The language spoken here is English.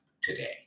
today